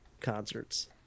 concerts